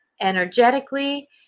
energetically